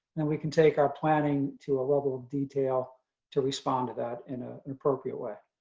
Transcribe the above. then we can take our planning to a level of detail to respond to that in ah an appropriate way.